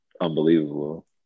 unbelievable